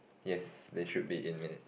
yes they should be in minutes